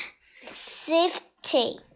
safety